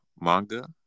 manga